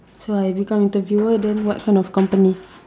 so I become interviewer then what kind of company